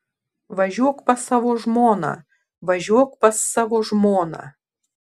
važiuok pas savo žmoną važiuok pas savo žmoną